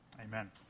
Amen